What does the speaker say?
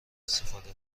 استفاده